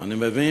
אני מבין,